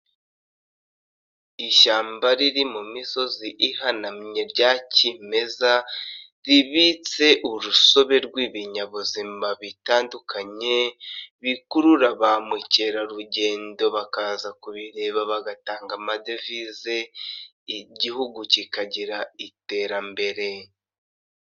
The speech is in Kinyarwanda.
Ishyamba riri mu misozi ihanamye rya kimeza ribitse urusobe rw'ibinyabuzima bitandukanye, bikurura ba mukerarugendo bakaza kubireba bagatanga amadevize, igihugu kikagira iterambere.